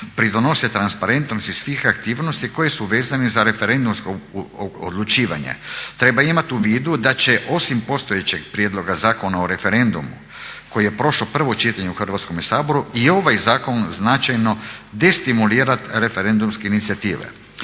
pridonose transparentnosti svih aktivnosti koje su vezane za referendumsko odlučivanje treba imati u vidu da će osim postojećeg prijedloga Zakona o referendumu koji je prošao prvo čitanje u Hrvatskome saboru i ovaj zakon značajno destimulirati referendumske inicijative.